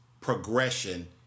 progression